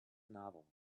novel